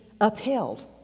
upheld